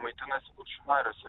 maitinasi kuršių mariose